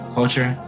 culture